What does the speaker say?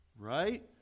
Right